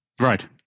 right